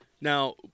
Now